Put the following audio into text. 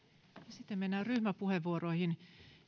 sitten mennään ryhmäpuheenvuoroihin